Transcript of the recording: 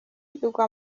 igwa